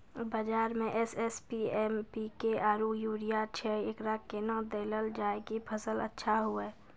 बाजार मे SSP, MPK आरु यूरिया छैय, एकरा कैना देलल जाय कि फसल अच्छा हुये?